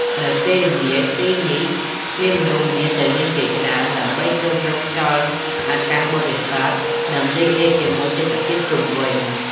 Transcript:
នៅពេលល្ងាច ទីនេះមានមនុស្សម្នាទៅលេងជាច្រើន ដើម្បីស្រូបយកខ្យល់អាកាសបរិសុទ្ធ និងរីករាយជាមួយទេសភាពជុំវិញ។